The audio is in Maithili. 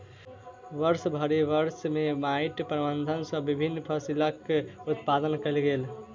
वर्षभरि वर्ष में माइट प्रबंधन सॅ विभिन्न फसिलक उत्पादन कयल गेल